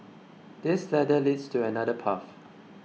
this ladder leads to another path